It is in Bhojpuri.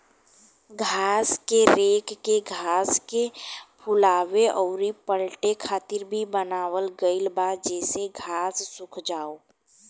घास के रेक के घास के फुलावे अउर पलटे खातिर भी बनावल गईल बा जेसे घास सुख जाओ